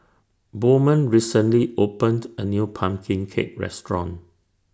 Bowman recently opened A New Pumpkin Cake Restaurant